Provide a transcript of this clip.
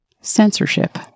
censorship